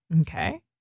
Okay